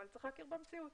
אבל צריך להכיר במציאות.